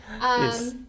Yes